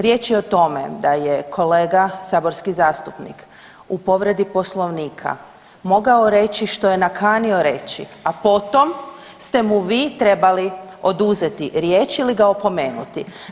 Riječ je o tome da je kolega, saborski zastupnik u povredi Poslovnika mogao reći što je nakanio reći, a potom ste mu vi trebali oduzeti riječ ili ga opomenuti.